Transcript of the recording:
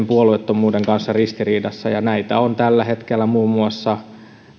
puolueettomuuden kanssa ristiriidassa ja näitä ovat tällä hetkellä muun muassa